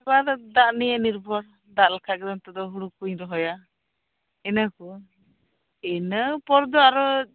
ᱫᱟᱜ ᱨᱮᱭᱟᱜ ᱱᱤᱨᱵᱷᱚᱨ ᱫᱟᱜ ᱞᱮᱠᱷᱟᱡ ᱦᱩᱲᱩ ᱠᱚᱧ ᱨᱚᱦᱚᱭᱟ ᱤᱱᱟᱹᱯᱚᱨ